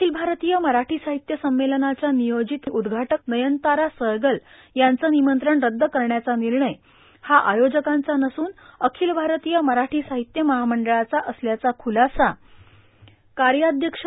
अखिल भारतीय मराठी साहित्य संमेलनाच्या नियोजित उद्घाटक नयनतारा सहगल यांचं निमंत्रण रद्द करण्याचा निर्णय हा आयोजकांचा नसून अखिल भारतीय मराठी साहित्य महामंडळाचा असल्याचा ख्लासा कार्याध्यक्ष डॉ